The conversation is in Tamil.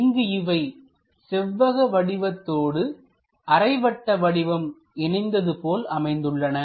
இங்கு இவை செவ்வக வடிவதோடு அரை வட்ட வடிவம் இணைந்தது போல் அமைந்துள்ளன